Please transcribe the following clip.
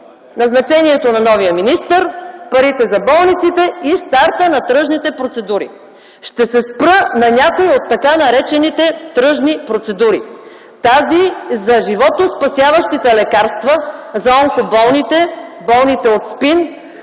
назначението на новия министър, парите за болниците и старта на тръжните процедури. Ще се спра на някои от т. нар. „тръжни процедури” - тази, за животоспасяващите лекарства за онкоболните, болните от СПИН,